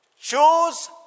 Choose